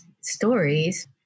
stories